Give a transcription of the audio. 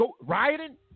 rioting